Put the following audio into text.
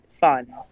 fun